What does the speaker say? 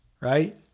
right